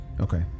Okay